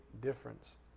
difference